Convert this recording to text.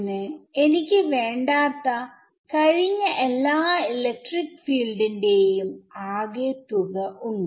ന് എനിക്ക് വേണ്ടാത്ത കഴിഞ്ഞ എല്ലാ ഇലക്ട്രിക് ഫീൽഡിന്റെയും ആകെ തുക ഉണ്ട്